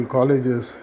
Colleges